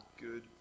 good